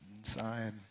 inside